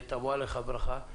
ותבוא עליך הברכה,